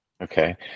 okay